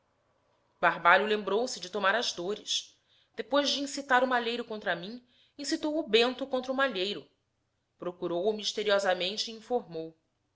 barbalho lembrou-se de tomar as dores depois de incitar o malheiro contra mim incitou o bento contra o malheiro procurou o misteriosamente e informou